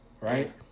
Right